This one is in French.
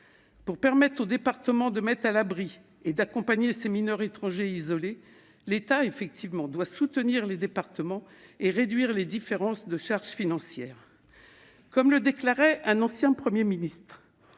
Pour permettre aux départements de mettre à l'abri et d'accompagner ces mineurs étrangers isolés, l'État doit soutenir les départements et réduire les différences de charge financière. Un ancien Premier ministre